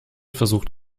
versucht